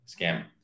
scam